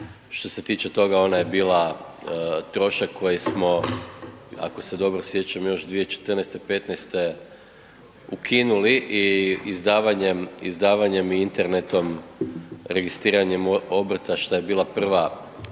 Što se tiče ona je bila trošak koji smo ako se dobro sjećam još 2014., '15.-te ukinuli i izdavanje internetom registriranjem obrta šta je bilo prvi takav